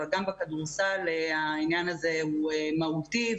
אבל גם בכדורסל העניין הזה הוא מהותי,